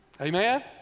Amen